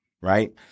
right